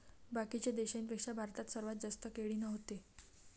बाकीच्या देशाइंपेक्षा भारतात सर्वात जास्त केळी व्हते